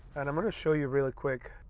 and i'm going to show you real quick,